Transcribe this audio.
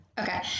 Okay